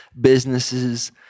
businesses